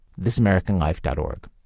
Thisamericanlife.org